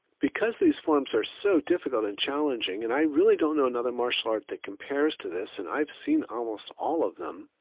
because these forms are so difficult and challenging, and i really don't know another martial art that compares to this and i've seen almost all of them,